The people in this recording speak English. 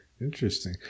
Interesting